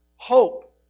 hope